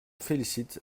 félicite